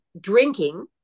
drinking